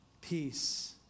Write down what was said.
peace